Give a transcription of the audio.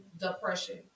depression